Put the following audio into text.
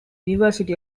university